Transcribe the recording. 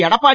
Edappadi